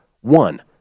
One